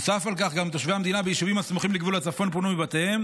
נוסף על כך גם תושבי המדינה ביישובים הסמוכים לגבול הצפון פונו מבתיהם